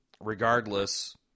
regardless